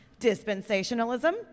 dispensationalism